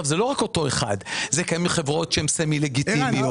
זה לא רק אותו אחד אלא אל חברות שהן סמי לגיטימיות.